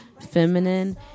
feminine